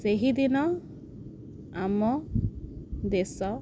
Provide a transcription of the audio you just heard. ସେହିଦିନ ଆମ ଦେଶ